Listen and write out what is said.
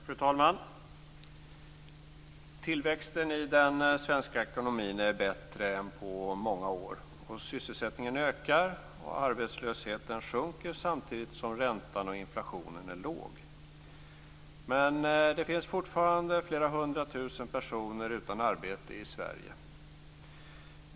Fru talman! Tillväxten i den svenska ekonomin är bättre än på många år. Sysselsättningen ökar och arbetslösheten sjunker samtidigt som räntan och inflationen är låg. Men det finns fortfarande flera hundra tusen personer utan arbete i Sverige.